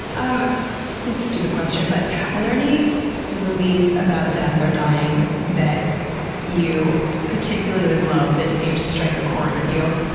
um and stupid question, but are there any movies about death or dying that you particularly love, that seem to strike a chord with you?